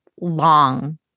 long